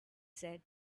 said